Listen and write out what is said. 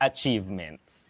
Achievements